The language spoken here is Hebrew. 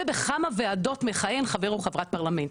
ובכמה ועדות מכהן חבר או חברת פרלמנט?